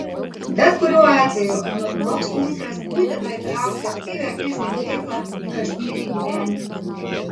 bet kuriuo atveju anot mokslininkės būtina įtraukti aktyvią fizinę veiklą į kasdienį gyvenimą